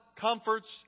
comforts